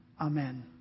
amen